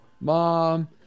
mom